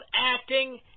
acting